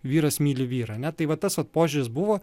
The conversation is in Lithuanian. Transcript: vyras myli vyrą ne tai vat tas vat požiūris buvo